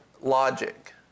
logic